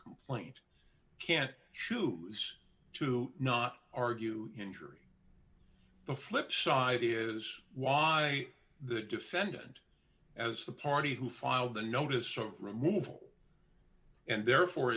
complaint can choose to not argue injury the flipside is why the defendant as the party who filed the notice of removal and therefore